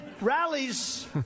rallies